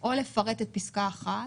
או לפרט את פסקה (1).